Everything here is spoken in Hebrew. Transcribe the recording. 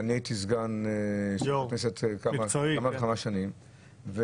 והייתי סגן יו"ר הכנסת כמה וכמה שנים,